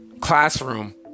classroom